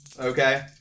Okay